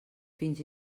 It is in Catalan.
fins